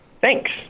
Thanks